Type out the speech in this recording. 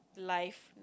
life